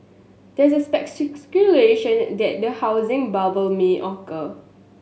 there is speculation that a housing bubble may occur